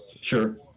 Sure